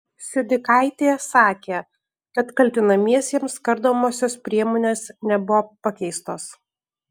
siudikaitė sakė kad kaltinamiesiems kardomosios priemonės nebuvo pakeistos